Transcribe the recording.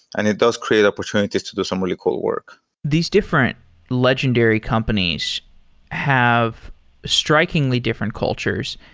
and it does create opportunities to do some really cool work these different legendary companies have strikingly different cultures,